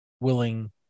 willing